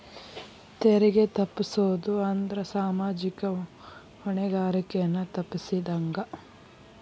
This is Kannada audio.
ತೆರಿಗೆ ತಪ್ಪಸೊದ್ ಅಂದ್ರ ಸಾಮಾಜಿಕ ಹೊಣೆಗಾರಿಕೆಯನ್ನ ತಪ್ಪಸಿದಂಗ